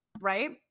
right